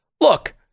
Look